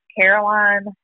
Caroline